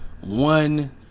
one